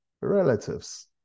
relatives